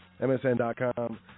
msn.com